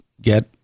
get